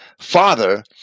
Father